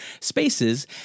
spaces